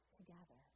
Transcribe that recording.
together